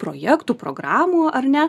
projektų programų ar ne